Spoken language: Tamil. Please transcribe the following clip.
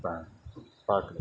பாக்கல